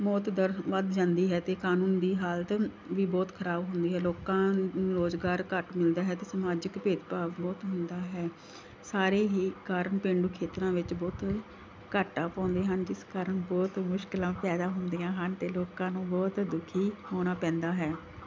ਮੌਤ ਦਰ ਵੱਧ ਜਾਂਦੀ ਹੈ ਅਤੇ ਕਾਨੂੰਨ ਦੀ ਹਾਲਤ ਵੀ ਬਹੁਤ ਖ਼ਰਾਬ ਹੁੰਦੀ ਹੈ ਲੋਕਾਂ ਨੂੰ ਰੁਜ਼ਗਾਰ ਘੱਟ ਮਿਲਦਾ ਹੈ ਅਤੇ ਸਮਾਜਿਕ ਭੇਦ ਭਾਵ ਬਹੁਤ ਹੁੰਦਾ ਹੈ ਸਾਰੇ ਹੀ ਕਾਰਨ ਪੇਂਡੂ ਖੇਤਰਾਂ ਵਿੱਚ ਬਹੁਤ ਘਾਟਾ ਪਾਉਂਦੇ ਹਨ ਜਿਸ ਕਾਰਨ ਬਹੁਤ ਮੁਸ਼ਕਲਾਂ ਪੈਦਾ ਹੁੰਦੀਆਂ ਹਨ ਅਤੇ ਲੋਕਾਂ ਨੂੰ ਬਹੁਤ ਦੁਖੀ ਹੋਣਾ ਪੈਂਦਾ ਹੈ